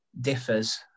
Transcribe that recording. Differs